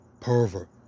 Pervert